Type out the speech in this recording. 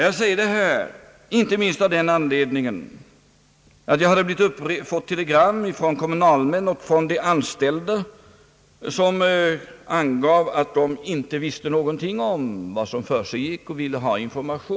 Jag säger det här inte minst av den anledningen att vi hade fått telegram från kommunalmän och från de anställda vilka uppgav att de inte visste något om vad som försiggick och att de ville ha information.